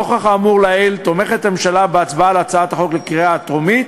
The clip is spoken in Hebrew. נוכח האמור לעיל הממשלה תומכת בהצעת החוק בקריאה הטרומית,